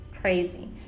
crazy